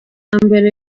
mbere